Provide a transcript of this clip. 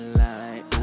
light